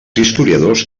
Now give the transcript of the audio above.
historiadors